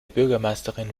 bürgermeisterin